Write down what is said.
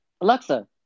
Alexa